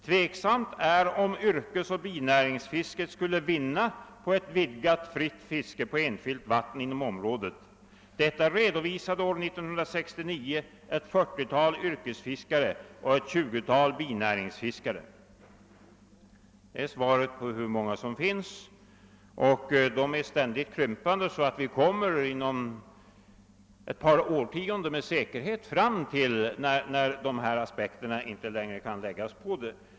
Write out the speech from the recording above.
Tveksamt är om yrkesoch binäringsfisket skulle vinna på ett vidgat fritt fiske på enskilt vatten inom området. Detta redovisade år 1969 ett 40-tal yrkesfiskare och ett 20-tal binäringsfiskare.» Det är svaret på frågan hur många fiskare som finns. Men antalet är i ständigt krympande, och om ett par årtionden kan de här aspekterna inte längre läggas på frågan.